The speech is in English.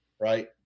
Right